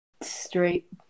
straight